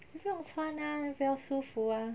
你不用穿 ah 比较舒服 ah